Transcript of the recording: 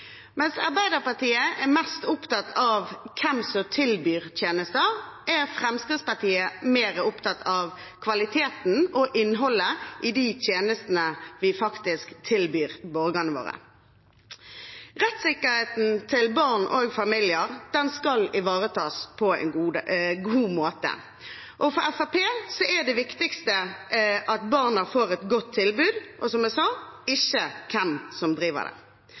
Mens Arbeiderpartiet er mest opptatt av hvem som tilbyr tjenester, er Fremskrittspartiet mer opptatt av kvaliteten og innholdet i de tjenestene vi faktisk tilbyr borgerne våre. Rettssikkerheten til barn og familier skal ivaretas på en god måte, og for Fremskrittspartiet er det viktigste at barna får et godt tilbud og, som jeg sa, ikke hvem som driver det.